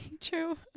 True